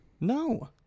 No